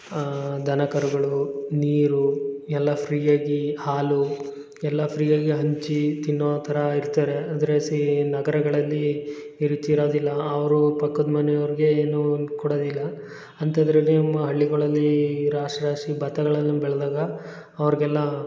ದನಕರುಗಳು ನೀರು ಎಲ್ಲ ಫ್ರೀಯಾಗಿ ಹಾಲು ಎಲ್ಲ ಫ್ರೀಯಾಗಿ ಹಂಚಿ ತಿನ್ನೋ ಥರ ಇರ್ತಾರೆ ಅಂದರೆ ಸೀ ನಗರಗಳಲ್ಲಿ ಈ ರೀತಿ ಇರೋದಿಲ್ಲ ಅವರು ಪಕ್ಕದ ಮನೆಯವ್ರ್ಗೇ ಏನೋ ಒಂದು ಕೊಡದಿಲ್ಲ ಅಂಥದ್ರಲ್ಲಿ ನಮ್ಮ ಹಳ್ಳಿಗೊಳಲ್ಲಿ ರಾಶ್ ರಾಶಿ ಬತ್ತಗಳನ್ನು ಬೆಳ್ದಾಗ ಅವರ್ಗೆಲ್ಲ